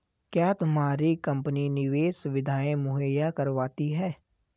क्या तुम्हारी कंपनी निवेश सुविधायें मुहैया करवाती है?